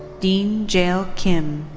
dean jaeil kim.